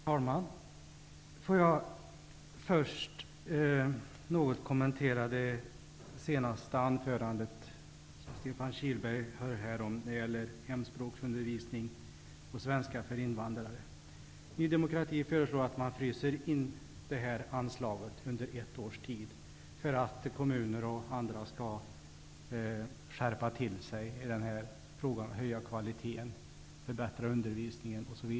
Herr talman! Jag vill först något kommentera det senaste anförandet, som Stefan Kihlberg höll om hemspråksundervisning och svenska för invandrare. Ny demokrati föreslår att man fryser inne det anslaget under ett års tid för att kommuner och andra skall skärpa sig i frågan, höja kvaliteten och förbättra undervisningen.